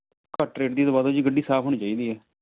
ਘੱਟ ਰੇਟ ਦੀ ਦਵਾ ਦਿਉ ਜੀ ਗੱਡੀ ਸਾਫ਼ ਹੋਣੀ ਚਾਹੀਦੀ ਹੈ